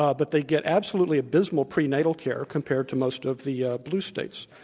ah but they get absolutely abysmal prenatal care compared to most of the ah blue states.